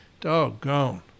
Doggone